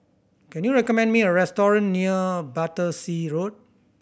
can you recommend me a restaurant near Battersea Road